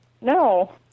No